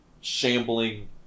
shambling